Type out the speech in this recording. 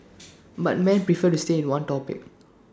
but man prefer to stay in one topic